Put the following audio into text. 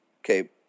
Okay